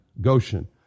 Goshen